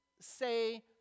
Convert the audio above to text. say